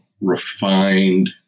refined